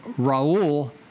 Raul